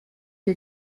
que